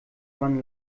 man